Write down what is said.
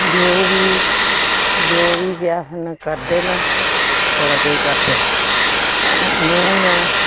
जो बी जो बी केह् आखदे करदे न बड़ा किश करदे नूंह् ऐं